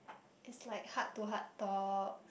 it's like heart to heart talk